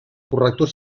corrector